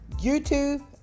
YouTube